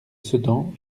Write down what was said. sedan